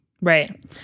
Right